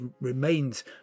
remains